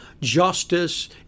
justice